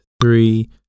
three